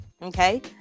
Okay